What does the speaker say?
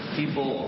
people